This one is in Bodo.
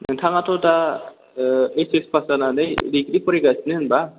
नोंथाङाथ' दा ओ ओइस एस पास जानानै दिग्रि फरायगासिनो होनबा